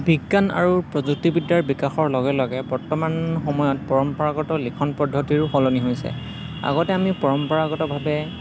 বিজ্ঞান আৰু প্ৰযুক্তিবিদ্যাৰ বিকাশৰ লগে লগে বৰ্তমান সময়ত পৰম্পৰাগত লিখন পদ্ধতিৰো সলনি হৈছে আগতে আমি পৰম্পৰাগতভাৱে